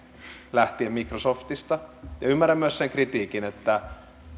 lähtien microsoftista ja ymmärrän myös sen kritiikin että